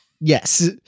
Yes